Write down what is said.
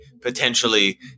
potentially